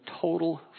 total